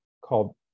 called